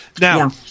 Now